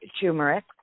turmeric